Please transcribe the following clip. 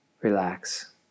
relax